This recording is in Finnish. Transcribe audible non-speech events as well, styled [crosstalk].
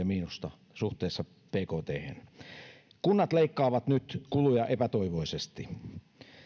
[unintelligible] miinusta suhteessa bkthen kunnat leikkaavat nyt kuluja epätoivoisesti